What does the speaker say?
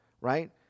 right